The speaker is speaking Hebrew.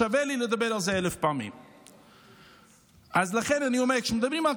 היו"ר ישראל אייכלר: אני רוצה שיהיה ברור,